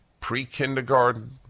Pre-kindergarten